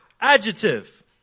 Adjective